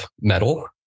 metal